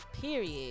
period